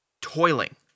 toiling